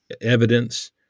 evidence